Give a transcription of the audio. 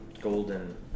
golden